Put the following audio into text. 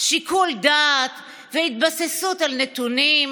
שיקול דעת והתבססות על נתונים.